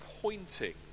pointing